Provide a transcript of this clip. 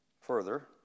Further